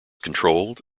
controlled